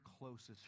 closest